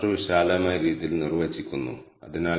csv command ഉപയോഗിക്കുന്നു ഒപ്പം tripdetails